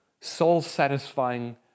soul-satisfying